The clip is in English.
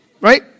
Right